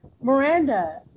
Miranda